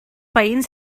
veïns